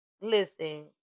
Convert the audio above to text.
listen